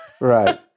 Right